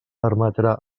permetrà